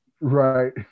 right